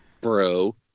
bro